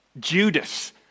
Judas